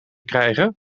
krijgen